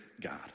God